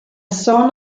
son